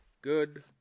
good